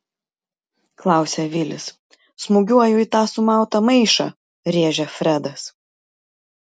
klausia vilis smūgiuoju į tą sumautą maišą rėžia fredas